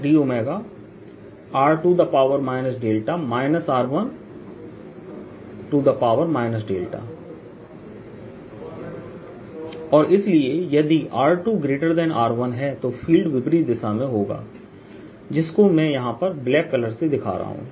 Ekσd और इसलिए यदि r2r1 है तो फ़ील्ड विपरीत दिशा में होगा जिसको मैं यहाँ पर ब्लैक कलर से दिखा रहा हूँ